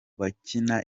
bakina